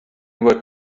were